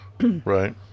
Right